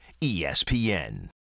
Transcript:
ESPN